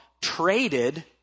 traded